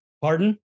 Pardon